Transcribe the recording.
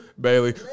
Bailey